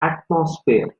atmosphere